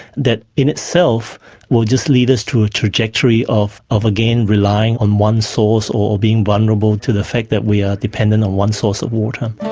that in itself will just lead us to a trajectory of of again relying on one source or being vulnerable to the fact that we are dependent on one source of water.